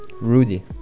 Rudy